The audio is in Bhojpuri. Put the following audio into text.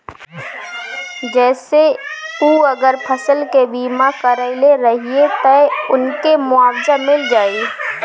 जेसे उ अगर फसल के बीमा करइले रहिये त उनके मुआवजा मिल जाइ